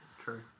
true